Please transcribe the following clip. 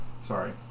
sorry